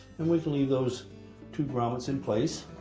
and we can leave those two grommets in place.